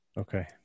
Okay